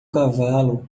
cavalo